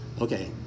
Okay